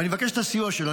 ואני מבקש את הסיוע שלו.